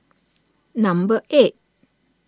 number eight